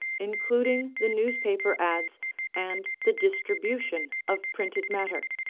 including the newspaper ads and the distribution of printed matter.